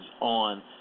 on